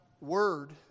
word